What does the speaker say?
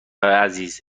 عزیز